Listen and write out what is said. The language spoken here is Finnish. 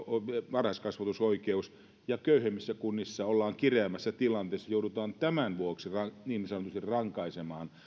varhaiskasvatusoikeus ja köyhemmissä kunnissa ollaan kireämmässä tilanteessa joudutaan tämän vuoksi niin sanotusti rankaisemaan